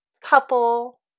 couple